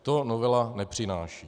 To novela nepřináší.